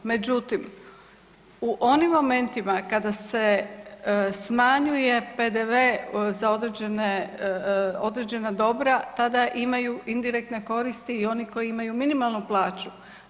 Međutim, u onim momentima kada se smanjuje PDV-e za određena dobra tada imaju indirektne koristi i oni koji imaju minimalnu plaću.